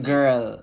Girl